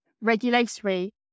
regulatory